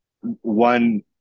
One